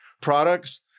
products